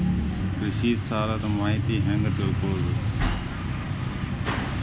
ಕೃಷಿ ಸಾಲದ ಮಾಹಿತಿ ಹೆಂಗ್ ತಿಳ್ಕೊಳ್ಳೋದು?